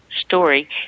story